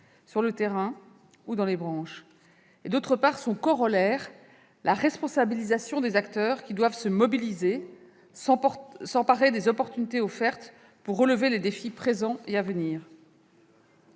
au terrain ; d'autre part, son corollaire, la responsabilisation des acteurs, qui doivent se mobiliser et s'emparer des opportunités offertes pour relever les défis présents et à venir.